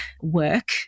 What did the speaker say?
work